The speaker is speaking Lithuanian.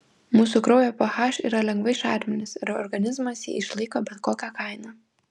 mūsų kraujo ph yra lengvai šarminis ir organizmas jį išlaiko bet kokia kaina